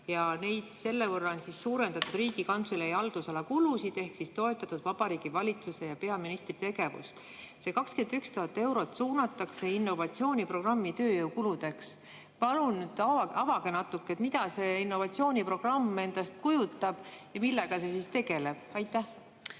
ja selle võrra on suurendatud Riigikantselei haldusala kulusid ehk siis toetatud Vabariigi Valitsuse ja peaministri tegevust. See 21 000 eurot suunatakse innovatsiooniprogrammi tööjõukuludeks. Palun avage natuke, mida see innovatsiooniprogramm endast kujutab ja millega see tegeleb. Tänan,